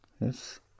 Yes